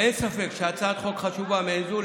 אין ספק שהצעת חוק חשובה מעין זו,